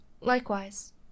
Likewise